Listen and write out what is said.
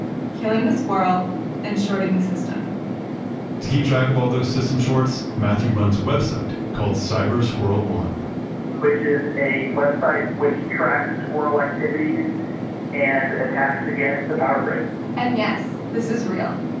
killing the squirrel and shorting the system to keep track of all those system shorts, matthew runs a website called cyber squirrel one which is a website which tracks squirrel activities and attacks against the power grid and yes, this is real.